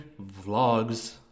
vlogs